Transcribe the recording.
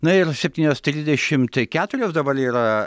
na ir septynios trisdešimt keturios dabar yra